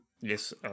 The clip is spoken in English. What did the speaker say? Yes